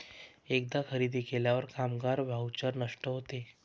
एकदा खरेदी केल्यावर कामगार व्हाउचर नष्ट होते